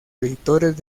editores